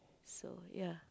so ya